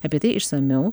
apie tai išsamiau